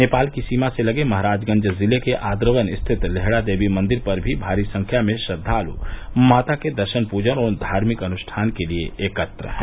नेपाल की सीमा से लगे महराजगंज जिले के आद्रवन स्थित लेहड़ा देवी मंदिर पर भी भारी संख्या में श्रद्वालु माता के दर्शन पूजन और धार्मिक अनुष्ठान के लिये एकत्र हैं